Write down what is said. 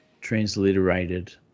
transliterated